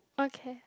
okay